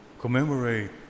commemorate